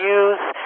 use